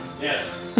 Yes